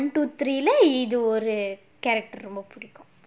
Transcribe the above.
one two three இது ஒரு:idhu oru character ரொம்ப பிடிக்கும்:romba pidikkum